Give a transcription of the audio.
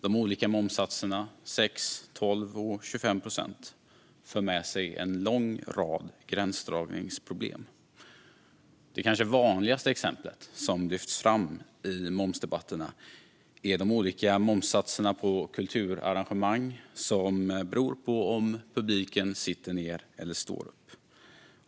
De olika momssatserna 6, 12 och 25 procent för med sig en lång rad gränsdragningsproblem. Det kanske vanligaste exemplet, som lyfts fram i momsdebatterna, är att det är olika momssatser på kulturarrangemang beroende på om publiken sitter ned eller står upp.